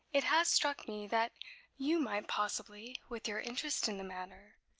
it has struck me that you might possibly, with your interest in the matter,